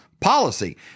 policy